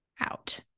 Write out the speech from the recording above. out